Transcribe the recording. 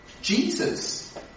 Jesus